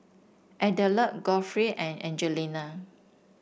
Adelard Godfrey and Angelina